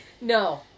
no